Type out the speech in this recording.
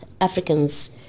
Africans